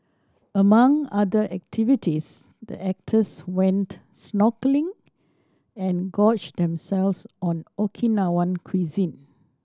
among other activities the actors went snorkelling and gorged themselves on Okinawan cuisine